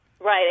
Right